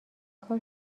کار